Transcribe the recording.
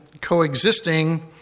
coexisting